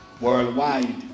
worldwide